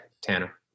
tanner